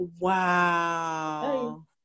wow